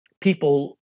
people